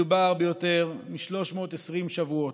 מדובר ביותר מ-320 שבועות,